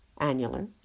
annular